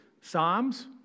Psalms